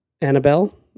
Annabelle